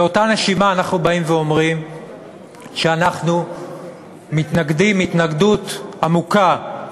באותה נשימה אנחנו באים ואומרים שאנחנו מתנגדים התנגדות עמוקה